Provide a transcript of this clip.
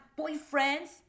boyfriends